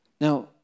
Now